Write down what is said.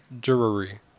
Jewelry